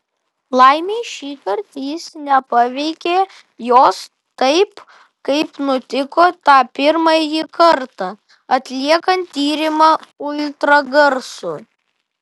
laimei šįkart jis nepaveikė jos taip kaip nutiko tą pirmąjį kartą atliekant tyrimą ultragarsu